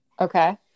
Okay